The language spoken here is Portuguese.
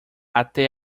até